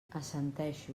assenteixo